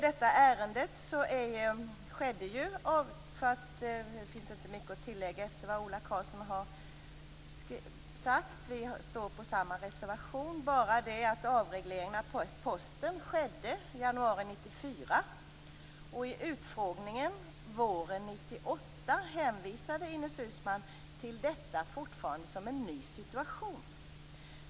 I det här ärendet finns det inte mycket att tillägga efter Ola Karlssons anförande. Vi står bakom samma reservation. Jag vill bara kommentera att avregleringen av Posten skedde i januari 1994. Vid utfrågningen våren 1998 hänvisade Ines Uusmann till detta fortfarande som en ny situation.